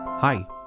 Hi